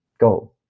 go